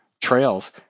trails